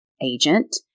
agent